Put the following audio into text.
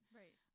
right